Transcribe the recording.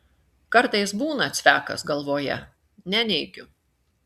kartais būna cvekas galvoje neneigiu